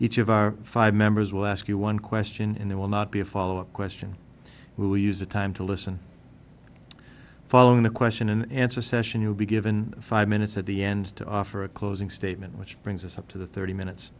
each of our five members will ask you one question in there will not be a follow up question we will use the time to listen following the question and answer session you'll be given five minutes at the end to offer a closing statement which brings us up to the thirty minutes